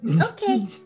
Okay